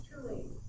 truly